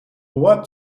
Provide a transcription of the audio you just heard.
what